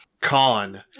Con